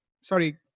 sorry